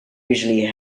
usually